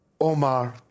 Omar